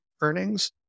earnings